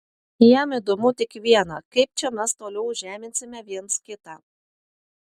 jam įdomu tik viena kaip čia mes toliau žeminsime viens kitą